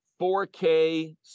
4K